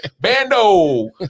bando